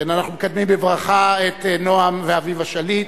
אנחנו מקדמים בברכה את נועם ואביבה שליט,